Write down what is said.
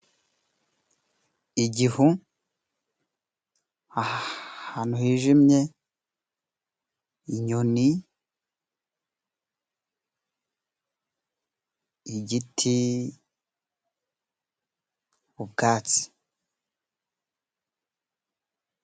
Igihu, ahantu hijimye, inyoni, igiti, ubwatsi.